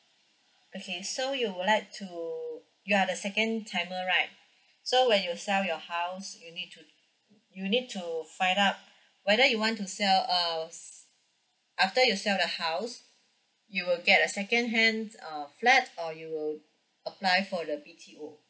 okay so you would like to you are the second timer right so when you sell your house you need to you need to find out whether you want to sell outs after you sell the house you will get a secondhand uh flat or you will apply for the B_T_O